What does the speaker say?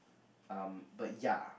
um but ya